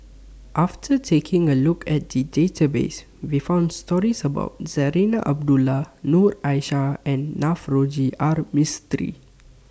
after taking A Look At The Database We found stories about Zarinah Abdullah Noor Aishah and Navroji R Mistri